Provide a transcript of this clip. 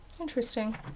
Interesting